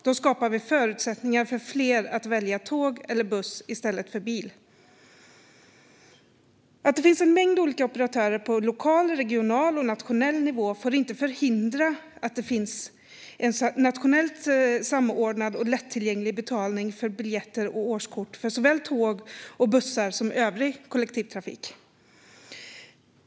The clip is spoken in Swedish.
Då skapar vi förutsättningar för fler att välja tåg eller buss i stället för bil. Att det finns en mängd olika operatörer på lokal, regional och nationell nivå får inte förhindra att det finns en nationellt samordnad och lättillgänglig betalning för biljetter och årskort för såväl tåg och bussar som övrig kollektivtrafik.